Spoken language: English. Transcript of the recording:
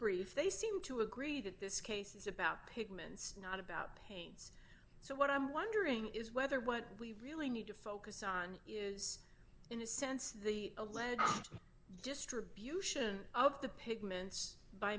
brief they seem to agree that this case is about pigment not about pain so what i'm wondering is whether what we really need to focus on is in a sense the alleged distribution of the pigment